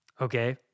okay